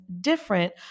different